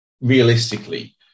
Realistically